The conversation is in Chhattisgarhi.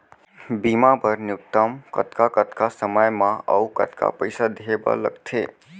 बीमा बर न्यूनतम कतका कतका समय मा अऊ कतका पइसा देहे बर लगथे